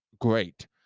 great